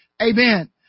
amen